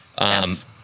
Yes